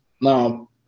Now